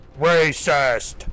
racist